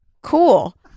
Cool